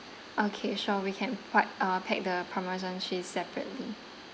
okay sure we can puc~ uh pack the parmesan cheese separately